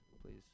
please